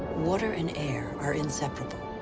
water and air are inseparable,